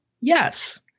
Yes